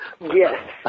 Yes